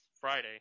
Friday